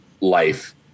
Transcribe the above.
life